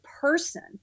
person